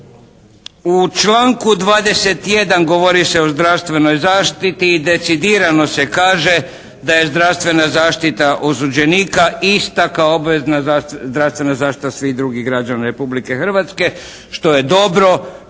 u članku 21. govori se o zdravstvenoj zaštiti i decidirano se kaže da je zdravstvena zaštita osuđenika ista kao obvezna zdravstvena zaštita svih drugih građana Republike Hrvatske što je dobro, pošteno,